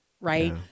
Right